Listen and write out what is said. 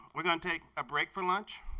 we're going to take a break for lunch.